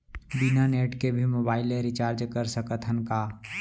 बिना नेट के भी मोबाइल ले रिचार्ज कर सकत हन का?